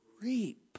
reap